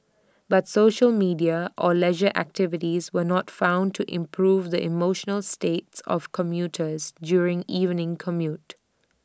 but social media or leisure activities were not found to improve the emotional states of commuters during evening commute